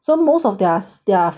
so most of their their